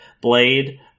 Blade